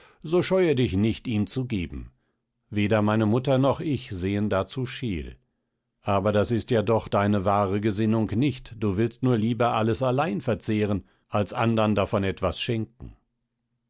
so scheue dich nicht ihm zu geben weder meine mutter noch ich sehen dazu scheel aber das ist ja doch deine wahre gesinnung nicht du willst nur lieber alles allein verzehren als andern davon etwas schenken